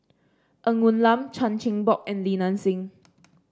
Ng Woon Lam Chan Chin Bock and Li Nanxing